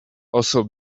also